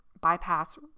bypass